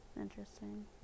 Interesting